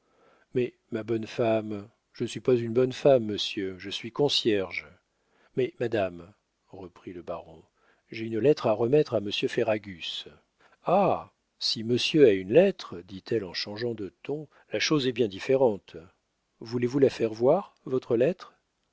mais ma bonne femme je ne suis pas une bonne femme monsieur je suis concierge mais madame reprit le baron j'ai une lettre à remettre à monsieur ferragus ah si monsieur a une lettre dit-elle en changeant de ton la chose est bien différente voulez-vous la faire voir votre lettre